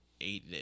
eight